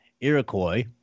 Iroquois